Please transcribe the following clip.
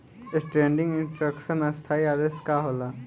Standing instruction स्थाई आदेश का होला?